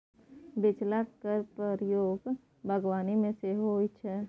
बेलचा केर प्रयोग बागबानी मे सेहो होइ छै